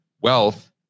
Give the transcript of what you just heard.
wealth